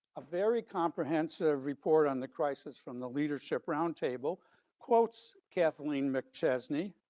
a very comprehensive report on the crisis from the leadership roundtable quotes kathleen mcchesney,